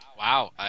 Wow